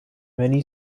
many